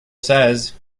says